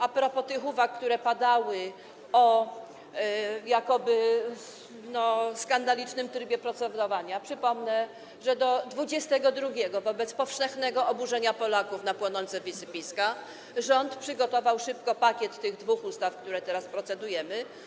A propos tych uwag, które padały, o jakoby skandalicznym trybie procedowania przypomnę, że do dwudziestego drugiego, wobec powszechnego oburzenia Polaków na płonące wysypiska, rząd przygotował szybko pakiet tych dwóch ustaw, nad którymi teraz procedujemy.